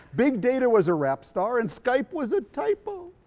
big data was a rap star and skype was a typo.